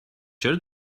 چرا